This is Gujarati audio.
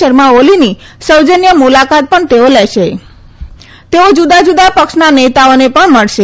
શર્માઓલીની સૌજન્ય મુલાકાત પણ તેઓ જુદા જુદા પક્ષના નેતાઓને પણ મળશે